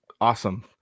Awesome